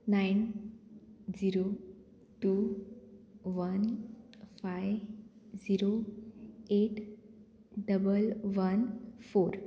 nine zero two one five zero eight double one four